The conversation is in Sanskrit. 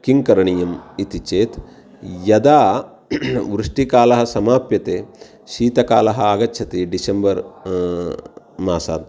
किं करणीयम् इति चेत् यदा वृष्टिकालः समाप्यते शीतकालः आगच्छति डिशेम्बर् मासात्